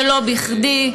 ולא בכדי,